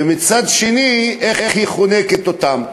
ומצד שני איך היא חונקת אותם?